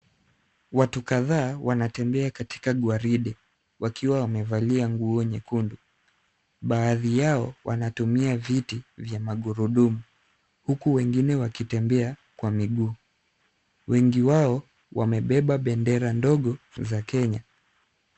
Watu kadhaa wanatembea katika gwaride, wakiwa wamevalia nguo nyekundu. Baadhi yao wanatumia viti vya magururdumu huku wengine wakitembea kwa miguu. Wengi wao wamebeba bendera ndogo za Kenya.